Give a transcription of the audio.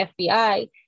FBI